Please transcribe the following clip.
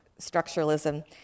structuralism